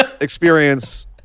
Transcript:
experience